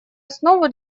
основу